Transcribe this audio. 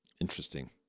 Interesting